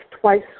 twice